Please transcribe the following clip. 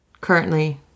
currently